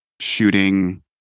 shooting